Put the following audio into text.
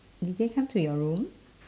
did they come to your room